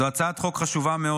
זו הצעת חוק חשובה מאוד,